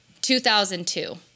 2002